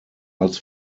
als